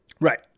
right